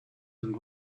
and